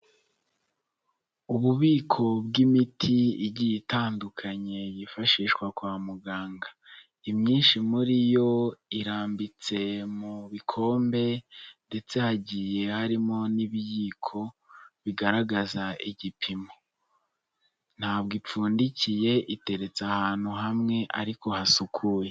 Ububiko bw'imiti igiye itandukanye yifashishwa kwa muganga, imyinshi muri yo irambitse mu bikombe ndetse hagiye harimo n'ibiyiko bigaragaza igipimo, ntabwo ipfundikiye iteretse ahantu hamwe ariko hasukuye.